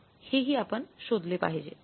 हे ही आपण शोधले पाहिजे